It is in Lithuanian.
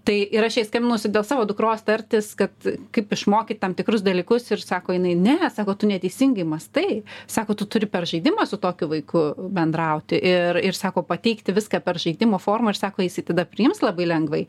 tai ir aš jai skambinausi dėl savo dukros tartis kad kaip išmokyt tam tikrus dalykus ir sako jinai ne sako tu neteisingai mąstai sako tu turi per žaidimą su tokiu vaiku bendrauti ir ir sako pateikti viską per žaidimo formą ir sako jisai tada priims labai lengvai